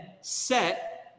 set